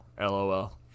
Lol